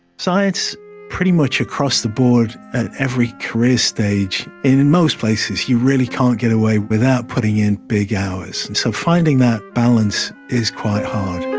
science pretty much across the board at every career stage in most places you really can't get away without putting in big hours, and so finding that balance is quite hard.